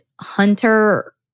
Hunter